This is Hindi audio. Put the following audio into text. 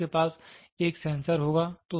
फिर आपके पास एक सेंसर होगा